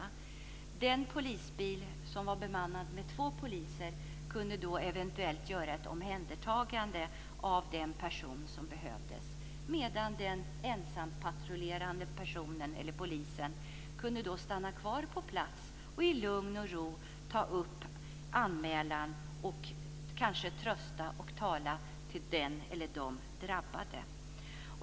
De poliser som åkte i den polisbil som var bemannad med två poliser kunde då göra ett omhändertagande av en person om det behövdes, medan den ensampatrullerande polisen kunde stanna kvar på plats och i lugn och ro ta upp anmälan och kanske trösta och tala med den eller de drabbade.